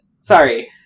Sorry